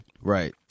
right